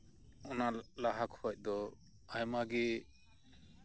ᱚᱱᱟ ᱞᱟᱦᱟ ᱠᱷᱚᱱ ᱫᱚ ᱟᱭᱢᱟ ᱜᱮ